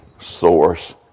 source